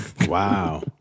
Wow